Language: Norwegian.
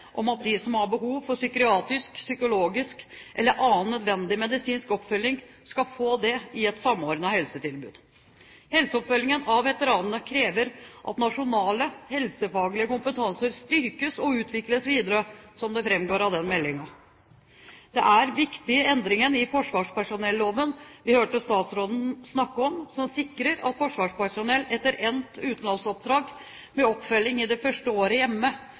om at de som har behov for psykiatrisk, psykologisk eller annen nødvendig medisinsk oppfølging, skal få det i et samordnet helsetilbud. Helseoppfølgingen av veteranene krever at nasjonale helsefaglige kompetanser styrkes og utvikles videre, slik det framgår av den meldingen. Den nye, viktige endringen i forsvarspersonelloven som vi hørte statsråden snakke om, som sikrer forsvarspersonell etter endt utenlandsoppdrag med oppfølging i det første året hjemme,